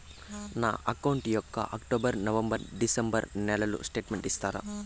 నా అకౌంట్ యొక్క October, November, December నెలల స్టేట్మెంట్ ఇస్తారా?